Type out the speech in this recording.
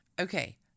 okay